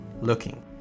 looking